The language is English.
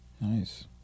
Nice